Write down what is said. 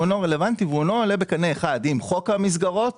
ואינו רלוונטי ואינו עולה בקנה אחד עם חוק המסגרות,